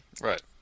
Right